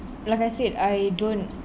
like I said I don't